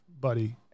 buddy